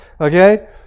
okay